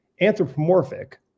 anthropomorphic